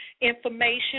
information